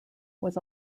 was